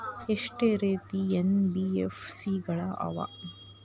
ಎಷ್ಟ ರೇತಿ ಎನ್.ಬಿ.ಎಫ್.ಸಿ ಗಳ ಅವ?